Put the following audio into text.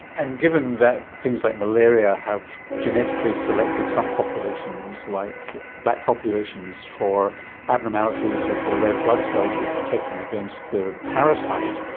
and given that things like malaria have genetically selected some populations, like black populations, for abnormalities of their red blood cells which protect them against the parasite,